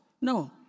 no